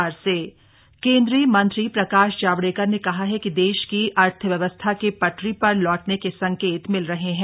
केंद्रीय कैबिनेट केंद्रीय मंत्री प्रकाश जावडेकर ने कहा है कि देश की अर्थव्यवस्था के पटरी पर लौटने के संकेत मिल रहे हैं